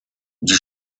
die